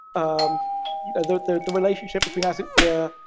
um you know the the relationship between, as it were,